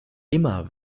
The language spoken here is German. immer